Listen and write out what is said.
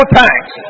thanks